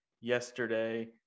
yesterday